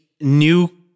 new